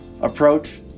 approach